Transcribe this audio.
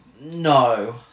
No